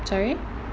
sorry